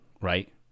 Right